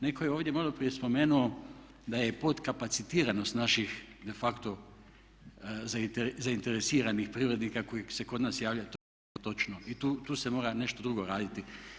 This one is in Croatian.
Netko je ovdje malo prije spomenuo da je podkapacitiranost naših de facto zainteresiranih privrednika koji se kod nas javljaju to vam je točno i tu se mora nešto drugo raditi.